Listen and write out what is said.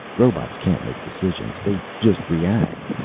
robots can't make decisions. they just react.